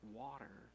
water